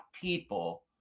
people